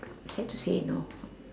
sad to say no